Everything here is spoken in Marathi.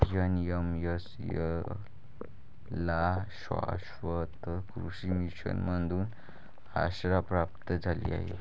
एन.एम.एस.ए ला शाश्वत कृषी मिशन मधून आज्ञा प्राप्त झाली आहे